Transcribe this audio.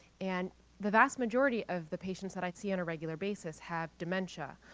and the vast majority of the patients that i see on a regular basis have dementia,